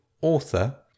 author